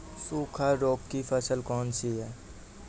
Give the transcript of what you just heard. सूखा रोग की फसल कौन सी है?